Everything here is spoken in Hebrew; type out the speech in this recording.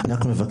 אני רק מבקש